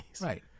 Right